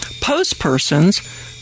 post-persons